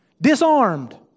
Disarmed